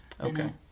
Okay